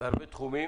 והרבה תחומים